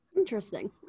interesting